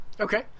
Okay